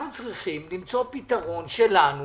אנחנו צריכים למצוא פתרון שלנו